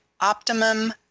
optimum